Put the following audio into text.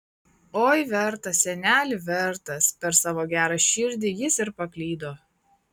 oi vertas seneli vertas per savo gerą širdį jis ir paklydo